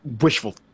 wishful